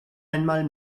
einmal